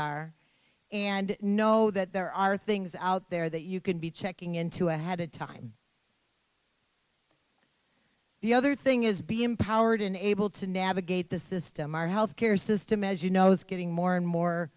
are and know that there are things out there that you can be checking into ahead of time the other thing is be empowered and able to navigate the system our health care system as you know is getting more and more